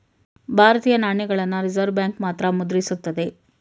ಭಾರತೀಯ ನಾಣ್ಯಗಳನ್ನ Reserve Bank ಮಾತ್ರ ಮುದ್ರಿಸುತ್ತದೆ